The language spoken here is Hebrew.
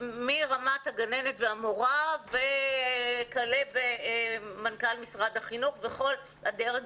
מרמת הגננת והמורה וכלה במנכ"ל משרד החינוך וכל הדרג,